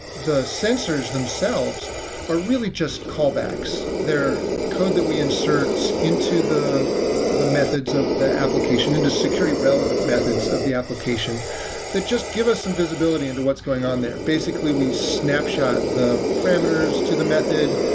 the sensors themselves are really just callbacks. they're code that we insert into the the methods of the application into a security relevant methods of the application that just give us some visibility into what's going on there. basically, we snapshot the parameters to the method.